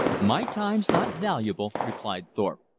my time's not valuable, replied thorpe.